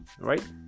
right